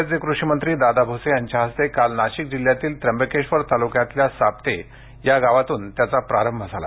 राज्याचे कृषी मंत्री दादा भुसे यांच्या हस्ते काल नाशिक जिल्ह्यातील त्र्यंबकेश्वर तालुक्यातील साप्ते या गावातून त्याचा प्रारंभ झाला